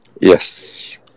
Yes